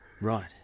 Right